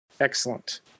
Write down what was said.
Excellent